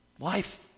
life